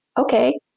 okay